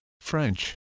French